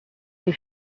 they